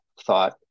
thought